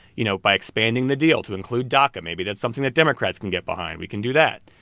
you know, by expanding the deal to include daca maybe that's something that democrats can get behind. we can do that.